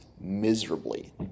miserably